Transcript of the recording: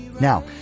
Now